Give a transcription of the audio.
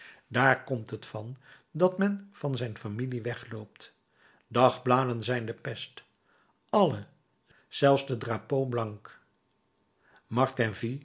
daar komt het van dat men van zijn familie wegloopt dagbladen zijn de pest alle zelfs de drapeau blanc